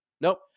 Nope